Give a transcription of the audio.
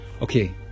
okay